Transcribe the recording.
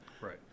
Right